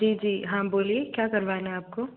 जी जी हाँ बोलिए क्या करवाना है आपको